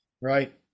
Right